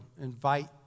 invite